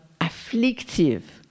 afflictive